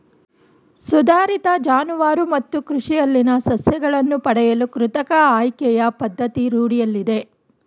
ಸುಧಾರಿತ ಜಾನುವಾರು ಮತ್ತು ಕೃಷಿಯಲ್ಲಿನ ಸಸ್ಯಗಳನ್ನು ಪಡೆಯಲು ಕೃತಕ ಆಯ್ಕೆಯ ಪದ್ಧತಿ ರೂಢಿಯಲ್ಲಿದೆ